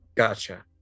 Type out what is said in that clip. Gotcha